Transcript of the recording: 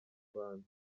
rwanda